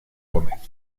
gómez